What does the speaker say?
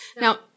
Now